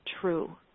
true